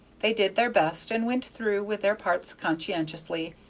they did their best, and went through with their parts conscientiously,